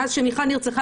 מאז שמיכל נרצחה,